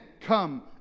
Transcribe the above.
come